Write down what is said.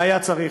והיה צריך,